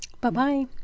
Bye-bye